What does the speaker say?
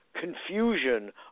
confusion